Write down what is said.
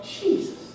Jesus